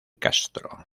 castro